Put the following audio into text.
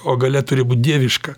o galia turi būt dieviška